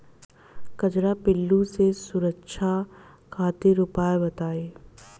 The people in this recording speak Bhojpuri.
कजरा पिल्लू से सुरक्षा खातिर उपाय बताई?